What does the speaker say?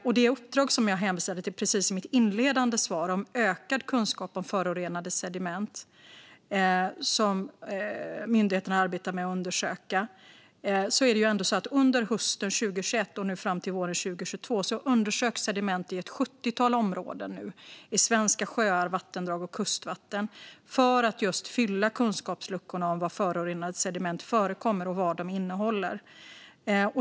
I mitt interpellationssvar hänvisade jag till ett uppdrag om ökad kunskap om förorenade sediment som myndigheterna arbetar med att undersöka. Och under hösten 2021 och fram till våren 2022 undersöks sediment i ett sjuttiotal områden i svenska sjöar, vattendrag och kustvatten för att fylla kunskapsluckorna om var förorenade sediment förekommer och vad de innehåller.